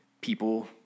people